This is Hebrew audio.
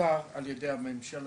מוכר על ידי הממשלה.